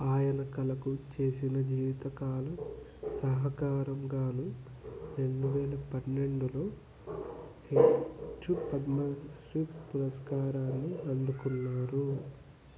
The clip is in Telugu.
ఆయన కళకు చేసిన జీవితకాల సహకారం గాను రెండు వేల పన్నెండులో హెచ్చు పద్మశ్రీ పురస్కారాన్ని అందుకున్నారు